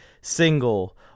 single